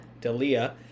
Dalia